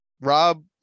Rob